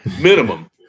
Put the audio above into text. minimum